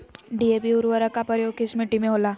DAP उर्वरक का प्रयोग किस मिट्टी में होला?